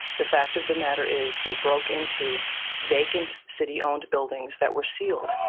the fact of the matter is they broke into vacant city-owned buildings that were sealed.